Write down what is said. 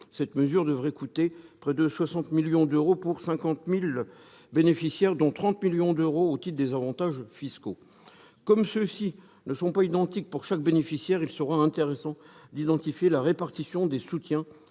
Cette mesure devrait coûter près de 60 millions d'euros pour 50 000 bénéficiaires, dont 30 millions d'euros au titre des avantages fiscaux. Comme ces derniers ne sont pas identiques pour chaque bénéficiaire, il sera intéressant d'identifier la répartition des soutiens